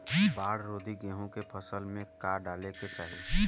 बाढ़ रोधी गेहूँ के फसल में का डाले के चाही?